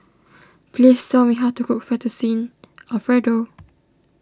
please tell me how to cook Fettuccine Alfredo